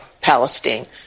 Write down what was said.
Palestine